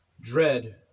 dread